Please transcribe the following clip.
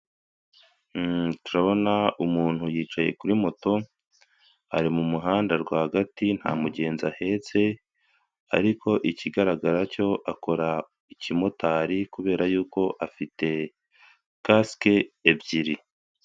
Turabona umuntu yicaye kuri moto ari mu muhanda rwagati, nta mugenzi ahetse ariko ikigaragara cyo akora ikimotari kubera yuko afite kasike ebyiri.